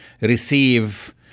receive